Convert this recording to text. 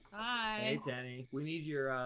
hi hey tenney. we need your, ah,